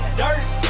dirt